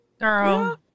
Girl